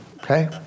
Okay